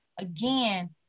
again